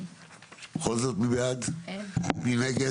מי נגד?